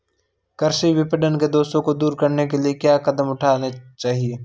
कृषि विपणन के दोषों को दूर करने के लिए क्या कदम उठाने चाहिए?